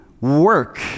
work